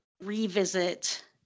revisit